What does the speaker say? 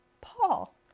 Paul